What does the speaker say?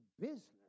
business